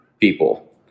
people